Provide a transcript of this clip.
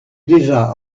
déjà